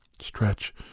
Stretch